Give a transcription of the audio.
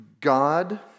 God